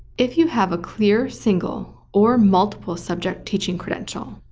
if you have a clear single or multiple-subject teaching credential,